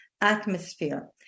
atmosphere